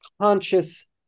conscious